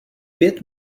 pět